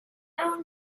own